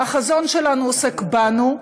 החזון שלנו עוסק בנו,